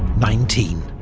nineteen.